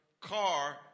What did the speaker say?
car